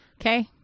Okay